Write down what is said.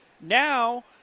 Now